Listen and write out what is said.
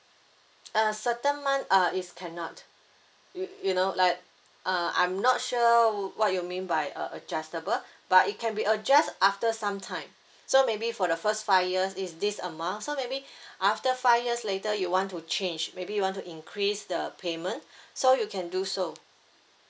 uh certain month uh is cannot you you know like uh I'm not sure what you mean by uh adjustable but it can be adjust after some time so maybe for the first five years is this amount so maybe after five years later you want to change maybe you want to increase the payment so you can do so